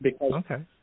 Okay